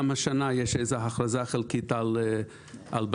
גם השנה יש איזה הכרזה חלקית על בצורת,